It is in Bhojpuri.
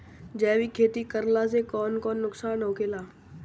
जैविक खेती करला से कौन कौन नुकसान होखेला?